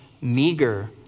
meager